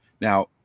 now